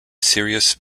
sirius